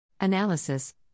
Analysis